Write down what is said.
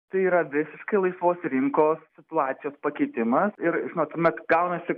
tai yra visiškai laisvos rinkos situacijos pakitimas ir žinot tuomet gaunasi